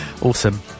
Awesome